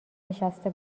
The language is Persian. نشسته